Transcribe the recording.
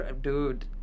dude